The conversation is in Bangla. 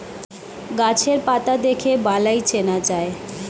গাছের পাতা দেখে বালাই চেনা যায়